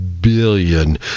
billion